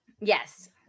Yes